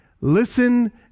Listen